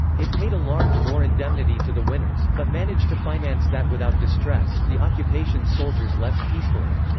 it paid a large war indemnity to the winners, but managed to finance that without distress the occupation soldiers left peacefully.